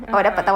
ah